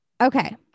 Okay